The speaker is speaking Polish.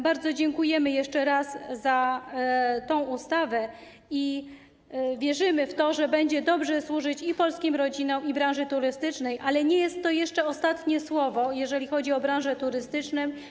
Bardzo dziękujemy jeszcze raz za tę ustawę i wierzymy w to, że będzie dobrze służyć i polskim rodzinom, i branży turystycznej, ale nie jest to jeszcze ostatnie słowo, jeżeli chodzi o branżę turystyczną.